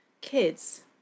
kids